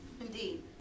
Indeed